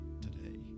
today